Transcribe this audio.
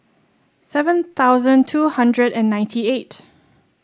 seven thousand two hundred and ninety eight